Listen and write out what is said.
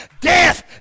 death